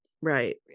Right